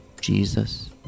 jesus